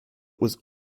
was